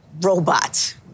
robot